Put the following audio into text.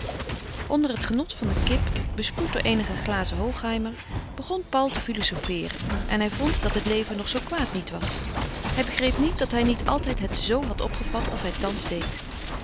onder het genot van de kip besproeid door eenige glazen hochheimer begon paul te filozofeeren en hij vond dat het leven nog zoo kwaad niet was hij begreep niet dat hij niet altijd het zoo had opgevat als hij thans deed